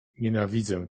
nienawidzę